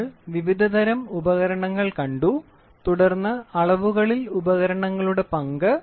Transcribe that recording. നമ്മൾ വിവിധ തരം ഉപകരണങ്ങൾ കണ്ടു തുടർന്ന് അളവുകളിൽ ഉപകരണങ്ങളുടെ പങ്ക്